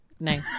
Nice